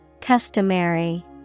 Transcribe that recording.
Customary